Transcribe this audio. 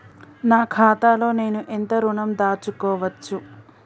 నా ఖాతాలో నేను ఎంత ఋణం దాచుకోవచ్చు?